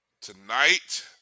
tonight